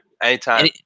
anytime